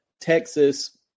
Texas